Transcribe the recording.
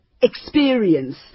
experience